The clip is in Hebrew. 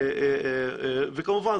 כמובן,